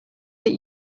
that